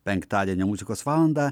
penktadienio muzikos valandą